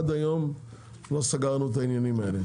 עד היום לא סגרנו את העניינים האלה.